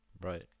right